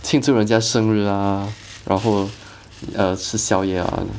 庆祝人家生日然后吃宵夜啊